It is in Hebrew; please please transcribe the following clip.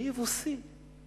אני יבוסי.